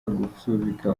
gusubika